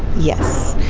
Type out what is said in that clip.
yes,